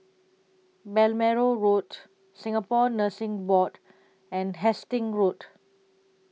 Balmoral Road Singapore Nursing Board and Hastings Road